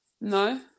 No